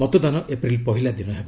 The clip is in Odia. ମତଦାନ ଏପ୍ରିଲ୍ ପହିଲା ଦିନ ହେବ